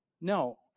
no